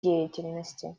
деятельности